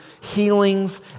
healings